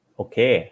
okay